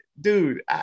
dude